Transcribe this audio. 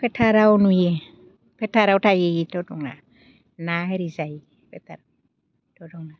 फोथाराव नुयो फोथाराव थायो थदं आ ना इरि जायो थदं आ